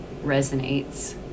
resonates